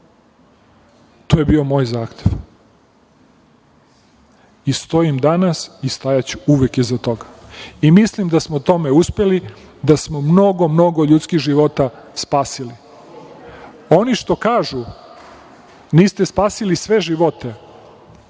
to je bio moj zahtev i stojim danas i stajaću uvek iza toga. Mislim da smo u tome uspeli, da smo mnogo ljudskih života spasili. Oni što kažu – niste spasili sve živote,